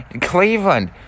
Cleveland